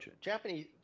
Japanese